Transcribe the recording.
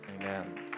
Amen